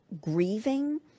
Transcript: grieving